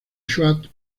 schwartz